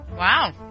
Wow